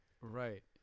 Right